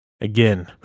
Again